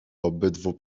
obydwu